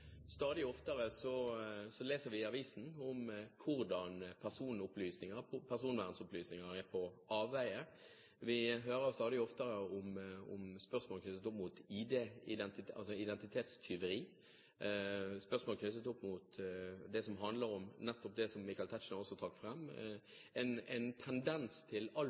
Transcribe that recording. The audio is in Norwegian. Stadig oftere leser vi i avisen om hvordan personvernopplysninger er på avveier. Vi hører stadig oftere om spørsmål knyttet opp mot identitetstyveri, spørsmål knyttet opp mot det som handler om nettopp det Michael Tetzschner også trakk fram: en tendens til